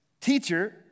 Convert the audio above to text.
Teacher